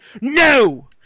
No